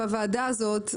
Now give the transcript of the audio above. בוועדה הזאת,